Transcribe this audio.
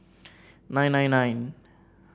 nine nine nine